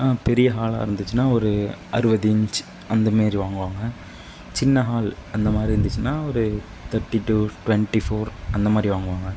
பெரிய ஹாலாக இருந்துச்சுன்னா ஒரு அறுபது இஞ்சி அந்த மாதிரி வாங்குவாங்க சின்ன ஹால் அந்தமாதிரி இருந்துச்சுன்னா ஒரு தர்ட்டி டூ டுவென்ட்டி ஃபோர் அந்த மாதிரி வாங்குவாங்க